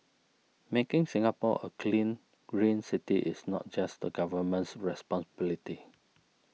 making Singapore a clean green city is not just the Government's responsibility